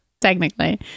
Technically